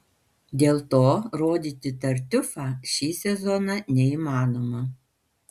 dėl to rodyti tartiufą šį sezoną neįmanoma